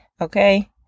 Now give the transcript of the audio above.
Okay